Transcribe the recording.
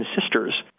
sisters